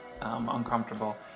uncomfortable